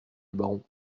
baron